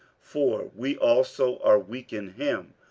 for we also are weak in him,